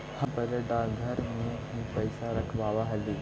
हम पहले डाकघर में ही पैसा रखवाव हली